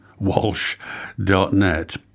Walsh.net